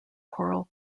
choral